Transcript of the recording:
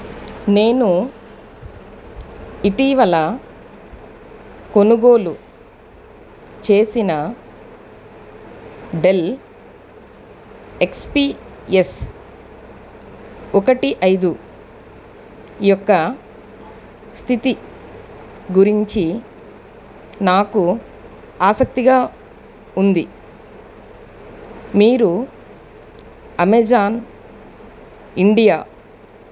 నేను ఇటీవల కొనుగోలు చేసిన డెల్ ఎక్స్ పీ ఎస్ ఒకటి ఐదు యొక్క స్థితి గురించి నాకు ఆసక్తిగా ఉంది మీరు అమెజాన్ ఇండియా